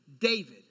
David